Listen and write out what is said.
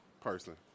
person